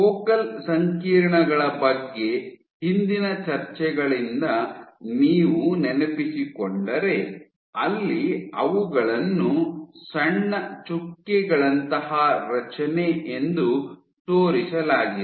focal ಸಂಕೀರ್ಣಗಳ ಬಗ್ಗೆ ಹಿಂದಿನ ಚರ್ಚೆಗಳಿಂದ ನೀವು ನೆನಪಿಸಿಕೊಂಡರೆ ಅಲ್ಲಿ ಅವುಗಳನ್ನು ಸಣ್ಣ ಚುಕ್ಕೆಗಳಂತಹ ರಚನೆ ಎಂದು ತೋರಿಸಲಾಗಿದೆ